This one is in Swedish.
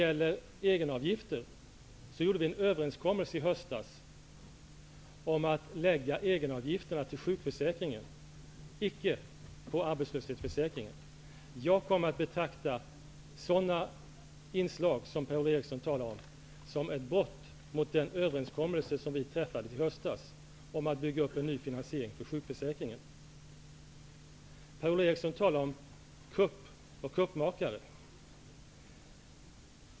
I höstas träffade vi en överenskommelse om att egenavgifterna skulle läggas till sjukförsäkringen -- icke till arbetslöshetsförsäkringen. Jag kommer att betrakta sådana inslag som Per-Ola Eriksson talar om som ett brott mot den överenskommelse som vi träffade i höstas och som handlar om att bygga upp en ny finansiering för sjukförsäkringen. Per-Ola Eriksson talar om en kupp. Han använder ordet kuppmakare.